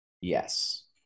Yes